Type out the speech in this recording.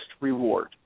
reward